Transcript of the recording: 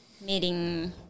meeting